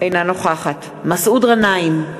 אינה נוכחת מסעוד גנאים,